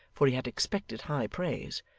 for he had expected high praise,